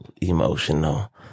emotional